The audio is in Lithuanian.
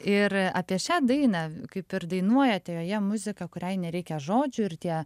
ir apie šią dainą kaip ir dainuojat joje muzika kuriai nereikia žodžių ir tie